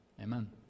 amen